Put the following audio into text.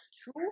true